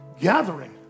gathering